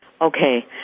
Okay